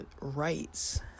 rights